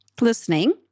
listening